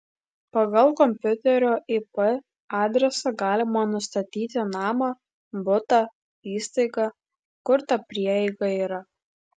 pagal kompiuterio ip adresą galima nustatyti namą butą įstaigą kur ta prieiga yra